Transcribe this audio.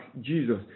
Jesus